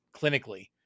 clinically